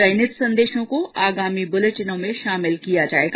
चयनित संदेशों को आगामी बुलेटिनों में शामिल किया जाएगा